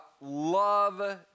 love